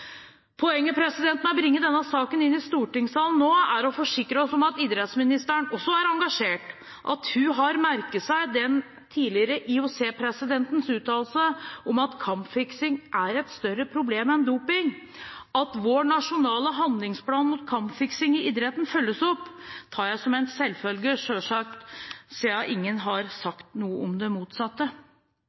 Poenget med å bringe denne saken inn i stortingssalen nå er å forsikre oss om at idrettsministeren også er engasjert – at hun har merket seg den tidligere IOC-presidentens uttalelse om at kampfiksing er et større problem enn doping. At vår nasjonale handlingsplan mot kampfiksing i idretten følges opp, tar jeg som en selvfølge, siden ingen har sagt noe om det motsatte.